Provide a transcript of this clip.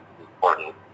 important